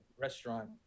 restaurant